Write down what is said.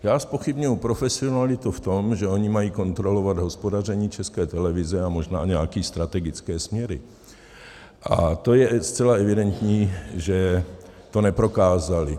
Já zpochybňuji profesionalitu v tom, že oni mají kontrolovat hospodaření České televize a možná i nějaké strategické směry, a je zcela evidentní, že to neprokázali.